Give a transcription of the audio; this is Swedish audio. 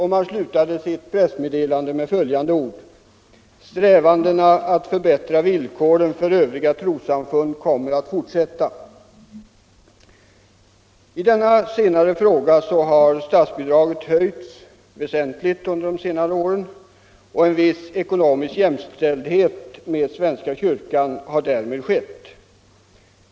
Man avslutade sitt pressmeddelande med följande ord: ”Strävandena att förbättra villkoren för övriga trossamfund kommer att fortsätta.” I den senare frågan har statsbidraget höjts väsentligt under de senare åren, och en viss ekonomisk jämställdhet med svenska kyrkan har därmed skett.